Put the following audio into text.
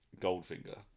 Goldfinger